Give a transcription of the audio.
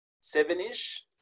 seven-ish